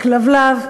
וכלבלב,